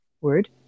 word